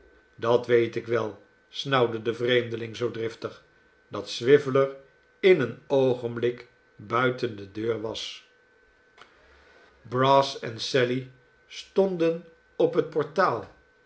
dat weet ik wel snauwde de vreemdeling zoo driftig dat swiveller in een oogenblik buiten de deur was brass en sally stonden op het portaal